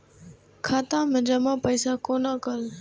खाता मैं जमा पैसा कोना कल